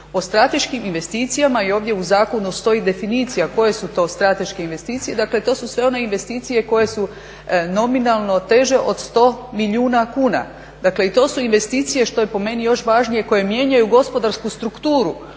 o strateškim investicijama. I ovdje u zakonu stoji definicija koje su to strateške investicije, dakle to su sve one investicije koje su nominalno teže od 100 milijuna kuna. dakle to su investicije što je po meni još važnije koje mijenjaju gospodarsku strukturu